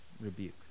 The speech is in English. rebuke